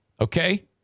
Okay